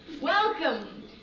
welcome